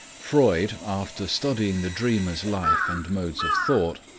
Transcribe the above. freud, after studying the dreamer's life and modes of thought,